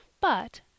But—